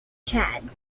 chad